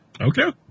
Okay